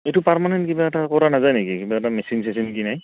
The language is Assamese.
এইটো পাৰমানানেন্ট কিবা এটা কৰা নাযায় নেকি কিবা এটা মেচিন চেচিন কিনে